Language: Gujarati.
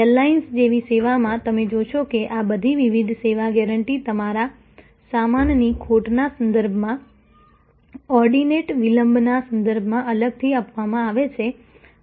એરલાઇન્સ જેવી સેવામાં તમે જોશો કે આ બધી વિવિધ સેવા ગેરંટી તમારા સામાનની ખોટના સંદર્ભમાં ઑર્ડિનેટ વિલંબના સંદર્ભમાં અલગથી આપવામાં આવે છે